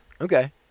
Okay